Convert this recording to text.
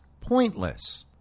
pointless